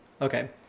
okay